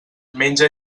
menja